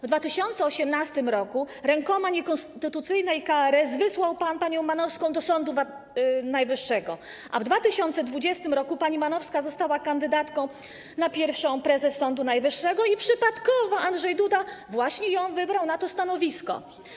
W 2018 r. rękoma niekonstytucyjnej KRS wysłał pan panią Manowską do Sądu Najwyższego, a w 2020 r. pani Manowska została kandydatką na pierwszą prezes Sądu Najwyższego i przypadkowo Andrzej Duda właśnie ją wybrał na to stanowisko.